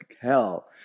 hell